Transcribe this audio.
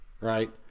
Right